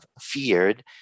feared